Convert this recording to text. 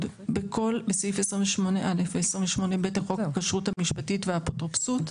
בסעיף 28א ו-28ב בחוק הכשרות המשפטית והאפוטרופסות.